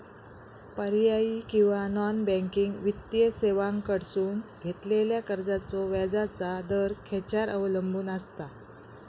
पर्यायी किंवा non banking वित्तीय सेवांकडसून घेतलेल्या कर्जाचो व्याजाचा दर खेच्यार अवलंबून आसता?